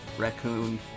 raccoon